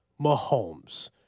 Mahomes